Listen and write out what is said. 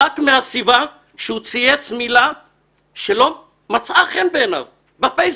רק מהסיבה שהוא צייץ מילה שלא מצאה חן בעיניו בפייסבוק.